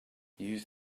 use